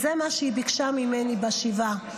זה מה שהיא ביקשה ממני בשבעה: